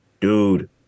Dude